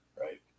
right